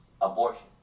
abortion